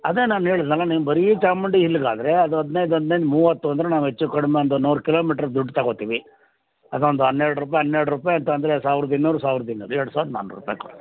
ಅದೇ ನಾನು ಹೇಳಿದ್ನಲ್ಲ ನೀವು ಬರೀ ಚಾಮುಂಡಿ ಹಿಲ್ಗಾದ್ರೆ ಅದು ಹದಿನೈದು ಹದಿನೈದು ಮೂವತ್ತು ಅಂದರೆ ನಾನು ಹೆಚ್ಚು ಕಡಿಮೆ ನೂರು ಕಿಲೋ ಮೀಟರ್ ದುಡ್ಡು ತಗೋತೀವಿ ಅದೊಂದು ಹನ್ನೆರಡು ರೂಪಾಯಿ ಹನ್ನೆರಡು ರೂಪಾಯಿ ಅಂತಂದ್ರೆ ಸಾವಿರ್ದ ಇನ್ನೂರು ಸಾವಿರ್ದ ಇನ್ನೂರು ಎರ್ಡು ಸಾವಿರ್ದ ನಾನೂರು ರೂಪಾಯಿ ಕೊಡಿ